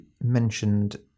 mentioned